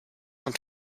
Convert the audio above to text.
und